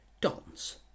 Dons